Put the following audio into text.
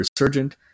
resurgent